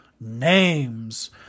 names